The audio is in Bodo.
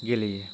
गेलेयो